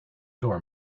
door